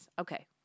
Okay